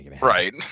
right